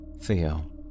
Theo